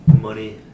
Money